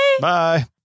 Bye